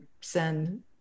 send